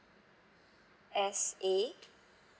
S A